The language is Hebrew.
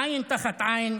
עין תחת עין,